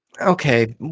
Okay